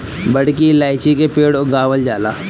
बड़की इलायची के पेड़ उगावल जाला